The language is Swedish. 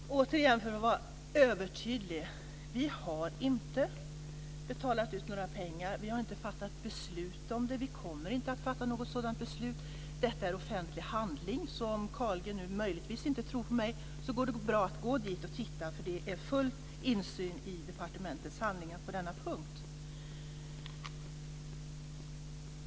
Fru talman! Återigen, för att vara övertydlig: Vi har inte betalat ut några pengar. Vi har inte fattat beslut om det. Vi kommer inte att fatta något sådant beslut. Detta är offentlig handling, så om Carl G möjligtvis inte tror på mig går det bra att gå dit och titta. Det är full insyn i departementets handlingar på denna punkt.